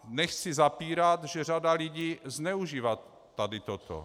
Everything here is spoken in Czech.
Nechci zapírat, že řada lidí zneužívá tady toto.